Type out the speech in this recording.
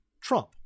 Trump